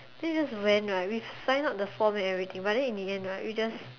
then we just went right we sign up the form and everything but then in the end right we just